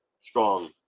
strong